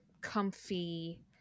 comfy